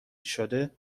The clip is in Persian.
شده